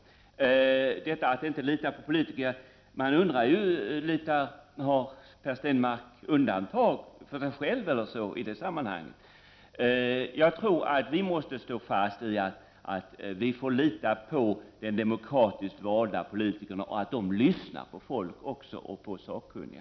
Så till detta om att lita på politiker. Undantar Per Stenmarck sig själv i det sammanhanget? Jag tror att vi måste stå fast vid att vi får lita på de demokratiskt valda politikerna och att de lyssnar på folk och på sakkunniga.